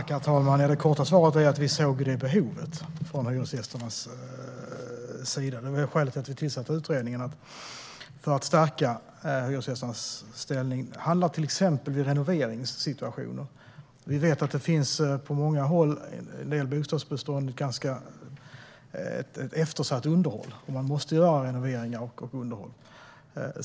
Herr talman! Det korta svaret är att vi såg det behovet hos hyresgästerna. Det var skälet till att vi tillsatte utredningen - för att stärka hyresgästernas ställning. Det handlar till exempel om renoveringssituationer. Vi vet att det på många håll finns en del bostadsbestånd med ett ganska eftersatt underhåll. Man måste renovera och underhålla.